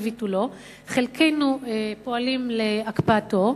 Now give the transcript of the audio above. חלקנו פועלים לביטולו, חלקנו פועלים להקפאתו,